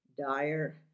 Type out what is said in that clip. dire